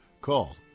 Call